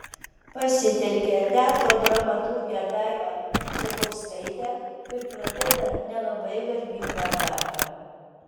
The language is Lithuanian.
pasitelkia teatro dramaturgę daivą čepauskaitę ir pradeda nelabai garbingą darbą